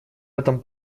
этом